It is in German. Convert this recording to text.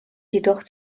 jedoch